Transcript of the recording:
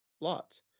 lots